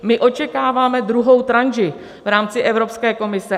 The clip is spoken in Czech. My očekáváme druhou tranši v rámci Evropské komise.